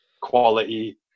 quality